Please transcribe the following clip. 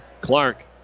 Clark